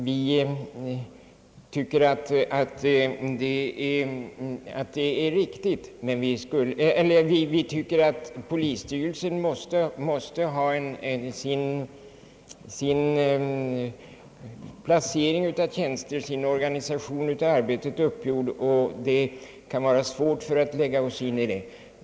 Vi tycker, att polisstyrelsen måste ha sin planering av tjänster och sin organisation av arbetet uppgjord, och det kan vara svårt att lägga sig i det.